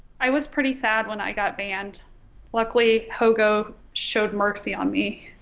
i was pretty sad when i got banned luckily hogo showed mercy on me